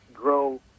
Grow